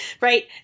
right